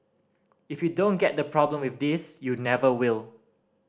if you don't get the problem with this you never will